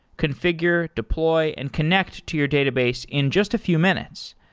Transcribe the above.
confi gure, deploy and connect to your database in just a few minutes.